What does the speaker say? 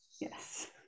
Yes